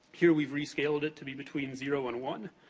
here, we've rescaled it to be between zero and one.